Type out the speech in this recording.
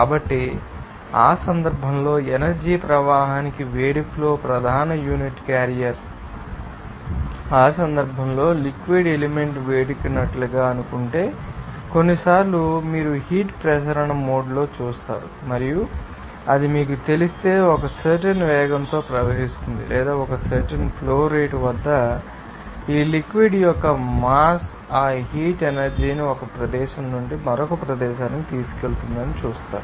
కాబట్టి ఆ సందర్భంలో ఎనర్జీ ప్రవాహానికి వేడి ఫ్లో ప్రధాన యూనిట్ క్యారియర్ ఆ సందర్భంలో లిక్విడ్ ఎలిమెంట్ వేడెక్కినట్లు అనుకుంటే కొన్నిసార్లు మీరు హీట్ ప్రసరణ మోడ్లో చూస్తారు మరియు అది మీకు తెలిస్తే ఒక సర్టెన్ వేగంతో ప్రవహిస్తుంది లేదా ఒక సర్టెన్ ఫ్లో రేటు వద్ద ఈ లిక్విడ్ యొక్క మాస్ ఆ హీట్ ఎనర్జీ ని ఒక ప్రదేశం నుండి మరొక ప్రదేశానికి తీసుకువెళుతుందని మీకు తెలుస్తుంది